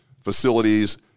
facilities